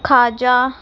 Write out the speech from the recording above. ਖਾਜਾ